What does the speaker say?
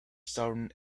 southern